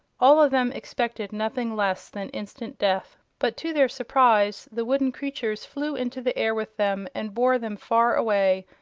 all of them expected nothing less than instant death but to their surprise the wooden creatures flew into the air with them and bore them far away,